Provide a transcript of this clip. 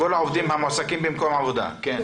כל העובדים המועסקים במקום עבודה, כן.